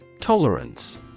Tolerance